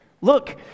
Look